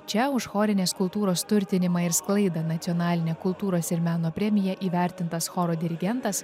čia už chorinės kultūros turtinimą ir sklaidą nacionaline kultūros ir meno premija įvertintas choro dirigentas